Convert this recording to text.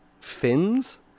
fins